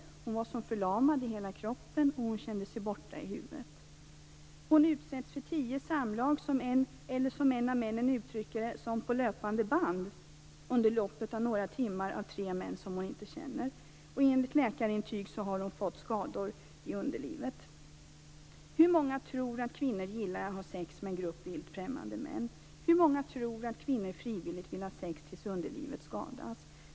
Hon var som förlamad i hela kroppen. Hon kände sig borta i huvudet. Hon utsätts för tio samlag som på löpande band, som en av männen uttrycker det, under loppet av några timmar av tre män som hon inte känner. Enligt läkarintyg har hon fått skador i underlivet. Hur många tror att kvinnor gillar att ha sex med en grupp vilt främmande män? Hur många tror att kvinnor frivilligt vill ha sex tills underlivet skadas?